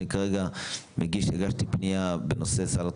שכרגע הגשתי פניה בנושא סל התרופות,